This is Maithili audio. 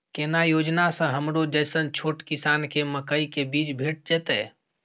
केना योजना स हमरो जैसन छोट किसान के मकई के बीज भेट जेतै?